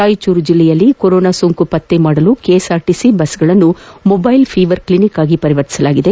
ರಾಯಚೂರು ಜಲ್ಲೆಯಲ್ಲೂ ಕೊರೊನಾ ಸೋಂಕು ಪತ್ತೆ ಮಾಡಲು ಕೆಎಸ್ಆರ್ಟಿಸಿ ಬಸ್ಅನ್ನು ಮೊಟ್ಟೆಲ್ ಫೀವರ್ ಕ್ಷಿನಿಕ್ ಆಗಿ ಪರಿವರ್ತಿಸಲಾಗಿದೆ